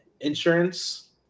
Insurance